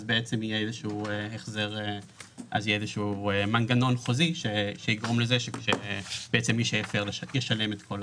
בעצם יהיה איזשהו מנגנון חוזי שיגרום לכך שמי שהפר ישלם.